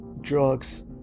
drugs